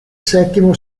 settimo